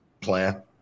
plan